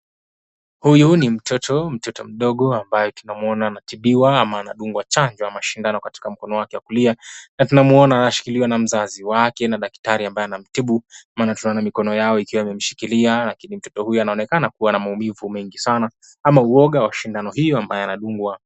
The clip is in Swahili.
Huyu ni mtoto, mtoto mdogo ambaye tunamuona anatibiwa, anadungwa chanjo ama shindano katika mkono wake wa kulia na tunamuona anashikiliwa na mzazi wake na daktari ambaye anamtibu maana tunaona mkono wake ukiwa umemshikilia lakini mtoto huyu anaonekana kuwa na maumivu mengi sana ama uoga wa shindano hiyo ambayo anadungwa.